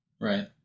Right